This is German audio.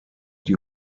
die